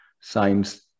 science